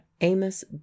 amos